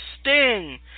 Sting